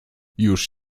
już